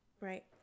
right